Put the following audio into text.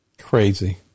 Crazy